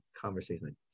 conversation